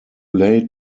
late